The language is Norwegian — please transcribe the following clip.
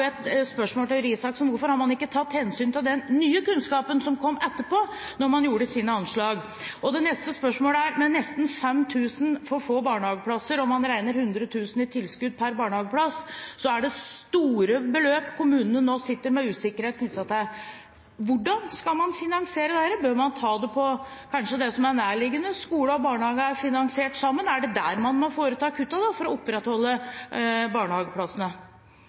spørsmål til Røe Isaksen: Hvorfor har man ikke tatt hensyn til den nye kunnskapen som kom etterpå, da man gjorde sine anslag? Så til mitt neste spørsmål. Det er nesten 5 000 barnehageplasser for lite, og man regner 100 000 kr i tilskudd per barnehageplass, så kommunene sitter nå med usikkerhet knyttet til store beløp. Hvordan skal man finansiere dette? Bør man ta det fra det som kanskje er nærliggende? Skoler og barnehager er jo finansiert sammen. Er det der man må foreta kuttene for å opprettholde barnehageplassene?